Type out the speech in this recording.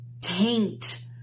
taint